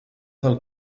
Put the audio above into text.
del